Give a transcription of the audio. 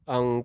Ang